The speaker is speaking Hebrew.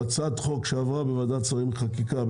שהצעת חוק שעברה בוועדת שרים חקיקה,